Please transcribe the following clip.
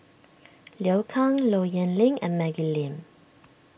Liu Kang Low Yen Ling and Maggie Lim